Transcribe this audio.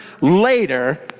later